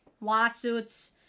lawsuits